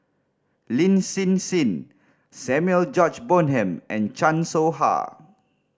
Lin Hsin Hsin Samuel George Bonham and Chan Soh Ha